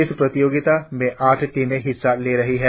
इस प्रतियोगिता में आठ टीमें हिस्सा ले रही है